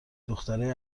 دخترای